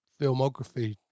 filmography